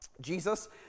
Jesus